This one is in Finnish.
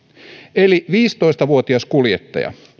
eli viisitoista vuotias kuljettaja